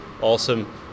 awesome